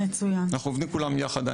אנחנו עובדים כולם יחד.